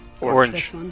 Orange